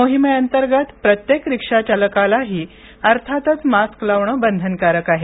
मोहिमेअंतर्गत प्रत्येक रिक्षा चालकालाही अर्थात मास्क लावणं बंधनकारक आहे